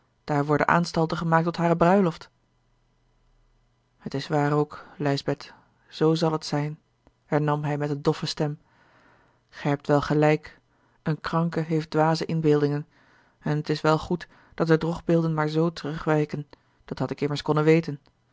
daar worden aanstalten gemaakt tot hare bruiloft het is waar ook lijsbeth z zal het zijn hernam hij met eene doffe stem gij hebt wel gelijk een kranke heeft dwaze inbeeldingen en t is wel goed dat de drogbeelden maar zoo terugwijken dat had ik immers konnen weten